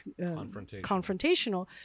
confrontational